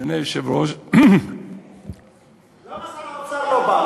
אדוני היושב-ראש, למה שר האוצר לא בא?